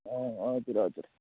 हजुर हजुर